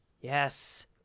Yes